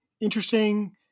interesting